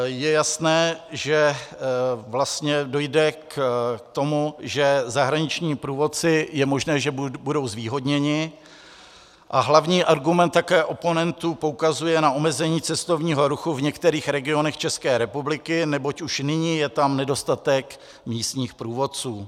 Je jasné, že vlastně dojde k tomu, že zahraniční průvodci budou zvýhodněni, a hlavní argument také oponentů poukazuje na omezení cestovního ruchu v některých regionech České republiky, neboť už nyní je tam nedostatek místních průvodců.